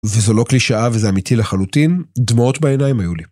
וזו לא קלישאה וזה אמיתי לחלוטין, דמעות בעיניים היו לי.